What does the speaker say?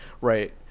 Right